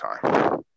time